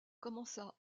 commença